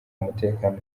umutekano